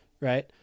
Right